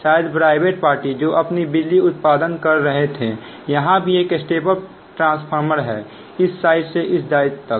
शायद निजी पार्टी जो अपनी बिजली उत्पादन कर रहे थे यहां भी एक स्टेप अप ट्रांसफॉर्मर है इस बगलसे उस बगल तक